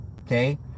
Okay